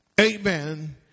Amen